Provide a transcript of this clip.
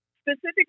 specifically